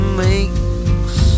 makes